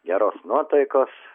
geros nuotaikos